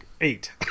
eight